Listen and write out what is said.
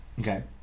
Okay